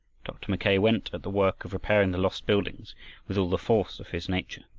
dr. mackay went at the work of repairing the lost buildings with all the force of his nature.